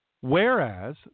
Whereas